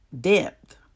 depth